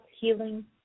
Healing